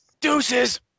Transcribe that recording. Deuces